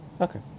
Okay